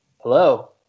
Hello